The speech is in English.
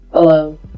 Hello